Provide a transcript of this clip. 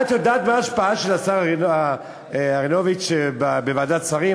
את יודעת מה ההשפעה של השר אהרונוביץ בוועדת השרים?